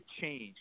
change